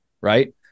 right